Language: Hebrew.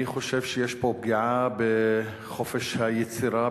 אני חושב שיש פה פגיעה בחופש היצירה,